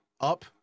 up